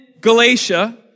Galatia